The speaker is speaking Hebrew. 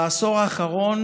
בעשור האחרון